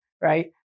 right